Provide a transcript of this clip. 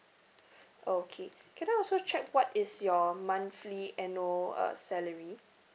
okay can I also check what is your monthly annual uh salary